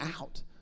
out